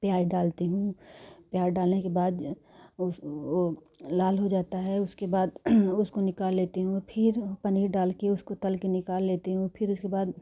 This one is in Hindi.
प्याज़ डालती हूँ प्याज़ डालने के बाद वह वह लाल हो जाता है उसके बाद उसको निकाल लेती हूँ फ़िर पनीर डालती हूँ उसको तल के निकाल लेती हूँ फ़िर उसके बाद